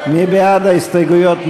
מי בעד ההסתייגויות?